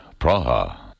Praha